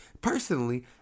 Personally